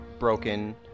broken